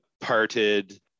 parted